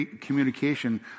communication